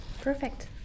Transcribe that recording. Perfect